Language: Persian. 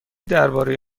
درباره